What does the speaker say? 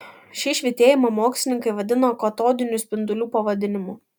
šį švytėjimą mokslininkai vadino katodinių spindulių pavadinimu